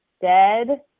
dead